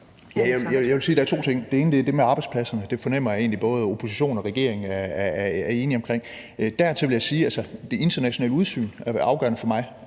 der er to ting i det. Det ene er det med arbejdspladserne, og det fornemmer jeg egentlig at både oppositionen og regeringen er enige om. Derudover vil jeg sige, at det internationale udsyn er afgørende for mig.